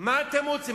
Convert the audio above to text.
מה אתם רוצים?